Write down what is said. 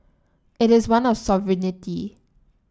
it is one of sovereignty